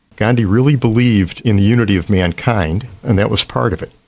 gandhi really believed in the unity of mankind and that was part of it.